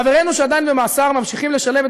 חברינו שעדיין במאסר ממשיכים לשלם את